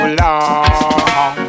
long